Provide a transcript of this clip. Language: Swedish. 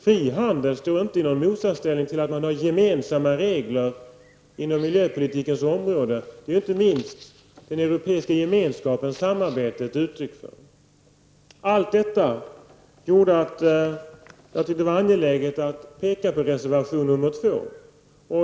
Fri handel står inte i motsatsställning till att man har gemensamma regler inom miljöpolitikens område. Det är inte minst den europeiska gemenskapens samarbete ett utryck för. Allt detta gjorde att jag tyckte att det var angeläget att peka på reservation nr 2.